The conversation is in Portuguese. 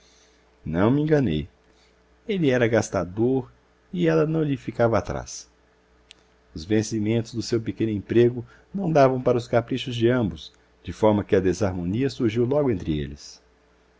não me enganei ele era gastador e ela não lhe ficava atrás os vencimentos do seu pequeno emprego não davam para os caprichos de ambos de forma que a desarmonia surgiu logo entre eles